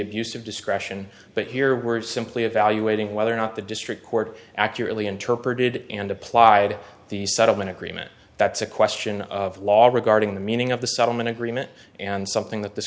of discretion but here we're simply evaluating whether or not the district court accurately interpreted and applied the settlement agreement that's a question of law regarding the meaning of the settlement agreement and something that this